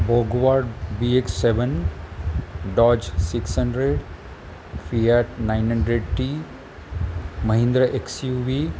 भोगवाड B X seven Dodge six hundred Fiat nine hundred T Mahindra X U we